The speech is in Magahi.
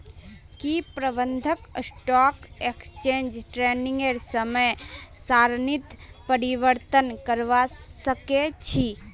की प्रबंधक स्टॉक एक्सचेंज ट्रेडिंगेर समय सारणीत परिवर्तन करवा सके छी